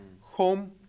home